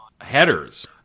headers